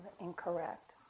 incorrect